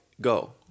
go